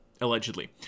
allegedly